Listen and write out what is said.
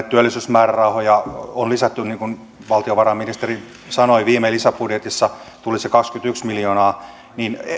työllisyysmäärärahoja on lisätty niin kuin valtiovarainministeri sanoi viime lisäbudjetissa tuli se kaksikymmentäyksi miljoonaa